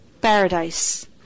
Paradise